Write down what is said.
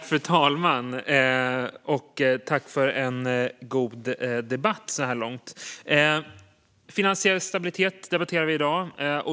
Fru talman! Jag vill tacka för en god debatt så här långt. Vi debatterar finansiell stabilitet i dag.